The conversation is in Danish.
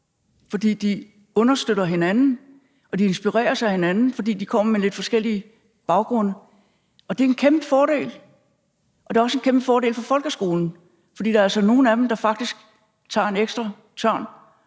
fordi de understøtter hinanden og de inspireres af hinanden, fordi de kommer med lidt forskellige baggrunde. Det er en kæmpe fordel, og det er også en kæmpe fordel for folkeskolen, for der er altså nogle af dem, der faktisk tager en ekstra tørn